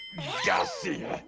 gassy.